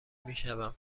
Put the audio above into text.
میشوند